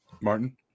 Martin